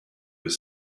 was